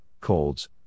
colds